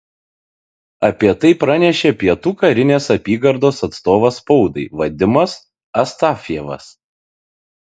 apie tai pranešė pietų karinės apygardos atstovas spaudai vadimas astafjevas